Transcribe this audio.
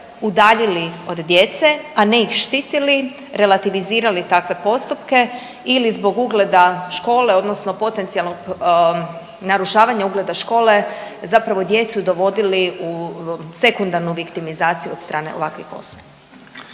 udaljili od djece, a ne ih štitili, relativizirali takve postupke ili zbog ugleda škole odnosno potencijalnog narušavanja ugleda škole zapravo djecu dovodili u sekundarnu viktimizaciju od strane ovakvih osoba.